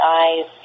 eyes